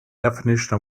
definition